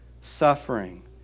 suffering